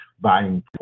buying